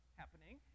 happening